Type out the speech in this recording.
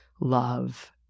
love